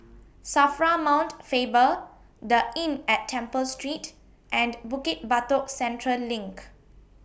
SAFRA Mount Faber The Inn At Temple Street and Bukit Batok Central LINK